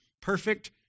perfect